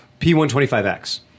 P125X